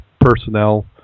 personnel